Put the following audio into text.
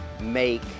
make